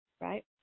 right